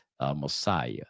Messiah